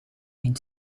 mijn